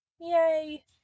Yay